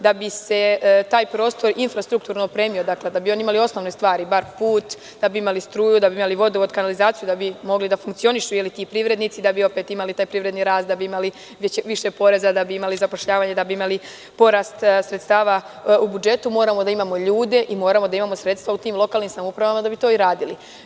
Da bi se taj prostor infrastrukturno opremio, dakle da bi oni imali osnovne stvar, bar put, da bi imali struju, da bi imali vodovod, kanalizaciju, da bi mogli da funkcionišu ti privrednici, da bi opet imali taj privredni rast, da bi imali više poreza, da bi imali zapošljavanje, da bi imali porast sredstva u budžetu, moramo da imamo ljude i moramo da imamo sredstva u tim lokalnim samoupravama da bi to i radili.